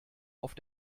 auf